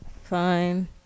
fine